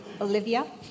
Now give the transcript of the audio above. Olivia